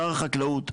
שר החקלאות,